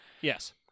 Yes